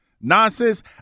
nonsense